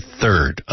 third